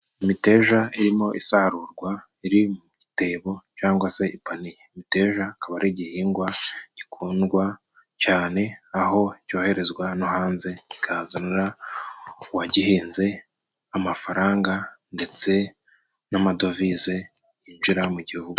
Imiteja irimo isarurwa iri mu gitebo cangwa se ipaniye. Imiteja akaba ari igihingwa gikundwa cane, aho coherezwa no hanze kikazanira uwagihinze amafaranga, ndetse n'amadovize yinjira mu gihugu.